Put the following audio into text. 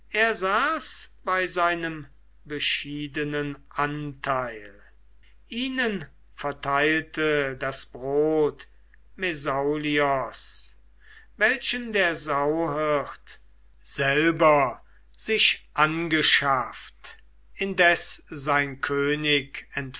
er saß bei seinem beschiedenen anteil ihnen verteilte das brot mesaulios welchen der sauhirt selber sich angeschafft indes sein könig